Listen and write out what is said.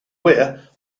weir